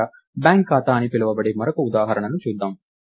చివరగా బ్యాంక్ ఖాతా అని పిలువబడే మరొక ఉదాహరణను చూద్దాం